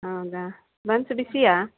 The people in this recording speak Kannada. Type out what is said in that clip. ಹೌದಾ ಬನ್ಸ್ ಬಿಸಿಯಾ